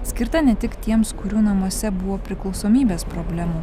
skirta ne tik tiems kurių namuose buvo priklausomybės problemų